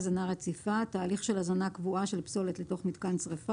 "הזנה רציפה" תהליך של הזנה קבועה של פסולת לתוך מיתקן שריפה,